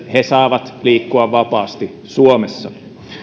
he saavat liikkua vapaasti suomessa